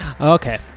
okay